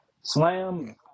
Slam